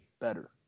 better